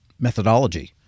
methodology